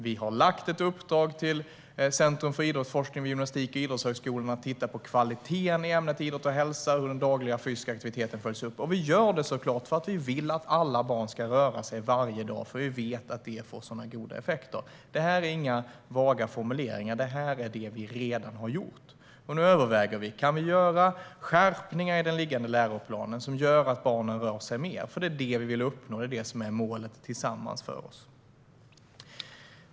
Vi har gett Centrum för idrottsforskning vid Gymnastik och idrottshögskolan i uppdrag att titta på kvaliteten i ämnet idrott och hälsa och hur den dagliga fysiska aktiviteten följs upp. Detta har vi såklart gjort därför att vi vill att alla barn ska röra sig varje dag, för vi vet att det får goda effekter. Detta är inga vaga formuleringar, utan det är vad vi redan har gjort. Nu överväger vi om vi kan göra skärpningar i den föreliggande läroplanen som gör att barnen rör sig mer. Det är detta vi vill uppnå - det är vårt gemensamma mål.